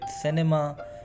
cinema